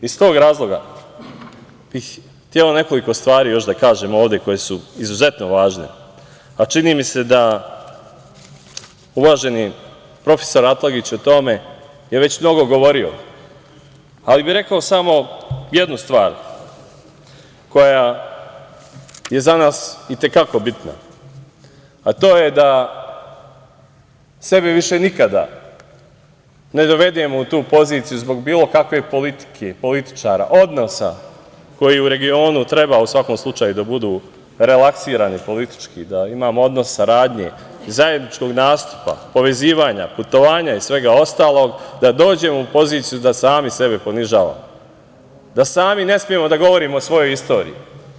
Iz tog razloga bih hteo još nekoliko stvari da kažem ovde, koje su izuzetno važne, a čini mi se da uvaženi profesor Atlagić o tome je već mnogo govorio, ali bih rekao samo jednu stvar koja je za nas itekako bitna, a to je da sebe više nikada ne dovedemo u tu poziciju zbog bilo kakve politike, političara, odnosa koji u regionu treba, u svakom slučaju, da budu relaksirani politički, da imamo odnos saradnje, zajedničkog nastupa, povezivanja, putovanja i svega ostalog, da dođemo u poziciju da sami sebe ponižavamo, da sami ne smemo da govorimo o svojoj istoriji.